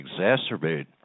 exacerbate